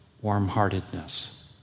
warm-heartedness